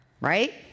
right